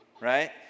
right